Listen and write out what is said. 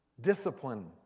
discipline